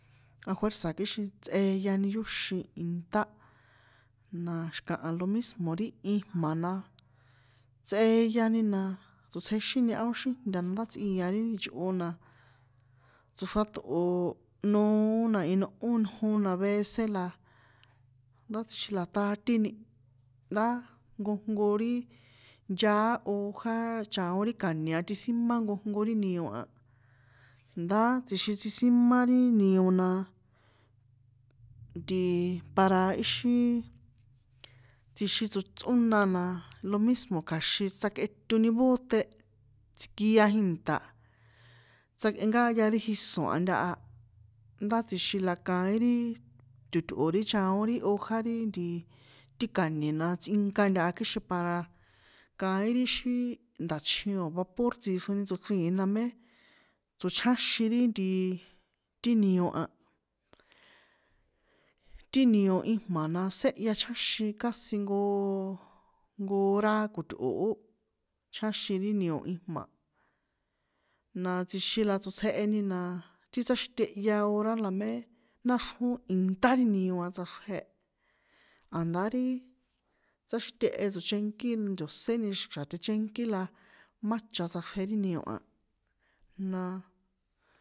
Ajuérza̱ kixin tsꞌeyani yóxin inṭá, naa xi̱kaha lo mismo ri ijma̱ na, tsꞌeyani na, tsotsjexíni a ó xíjnta ndá tsꞌia ri chꞌo na, tsoxraṭꞌoooo, nooo na inꞌo njon na vece la, ndá tsjixin la ṭaténi, ndáá nkojnko ri nchaá ojo chaon ri ka̱ñe̱ a tisímá nkojnko ri nio a, ndá tsixin tsisímá ri nio naaa, ntiiii, para íxin, tsjixin tso tsꞌóna na, lo mismo̱ kja̱xin tsjakꞌetoni bóte, tsjikia ji̱nṭa̱, tsakꞌenkáya ri jiso̱n a ntaha, ndá tsixin la kaín ri, to̱tꞌo̱ ri chaon ri ojo ri ntiii, ti ka̱ñe̱ na tsꞌinka ntaha kixin para, kaín ri xí, nda̱chjin o̱ vapor tsixroni tsochrìin na mé, tsochjáxin ri nti- i, ti nio a, ti nio ijma̱ séhya chjáxin kasi nko- o, nko- o hora ko̱tꞌo̱ ó, chjáxin ri nio ijma̱, na tsjixin la tsotsjeheni na, ti tsáxitehya hora lamé náxrjón inṭá ri nio a tsꞌaxrje, a̱ndá ri- i, tsꞌaxitehe tsochenkí la ntoséni xa̱ tjechenkí la má cha tsꞌaxrje ri nio a, na- a.